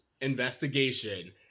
investigation